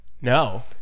No